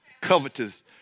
covetous